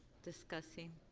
discussing?